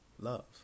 love